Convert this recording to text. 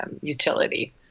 utility